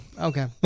Okay